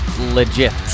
legit